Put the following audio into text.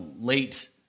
late